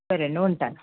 సరే అండి ఉంటాను